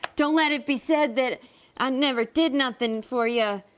don't let it be said that i never did nothin' for ya,